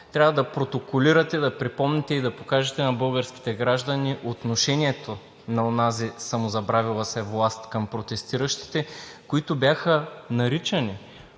Трябва да протоколирате, да припомните и да покажете на българските граждани отношението на онази самозабравила се власт към протестиращите, които бяха наричани